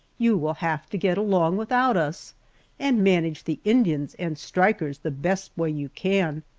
you will have to get along without us and manage the indians and strikers the best way you can.